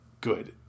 good